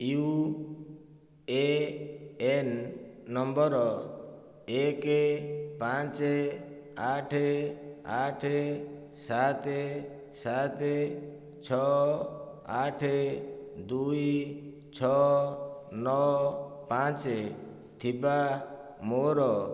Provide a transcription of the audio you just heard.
you A N number ଏକ ପାଞ୍ଚ ଆଠ ଆଠ ସାତ ସାତ ଛଅ ଆଠ ଦୁଇ ଛଅ ନଅ ପାଞ୍ଚ ଥିବା ମୋର